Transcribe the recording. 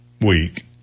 week